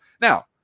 Now